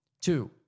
Two